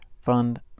fund